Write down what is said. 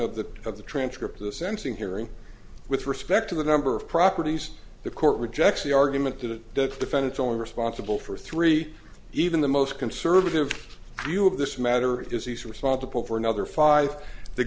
of the of the transcript of the sensing hearing with respect to the number of properties the court rejects the argument to the defendant's own responsible for three even the most conservative view of this matter is he's responsible for another five the